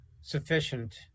sufficient